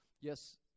Yes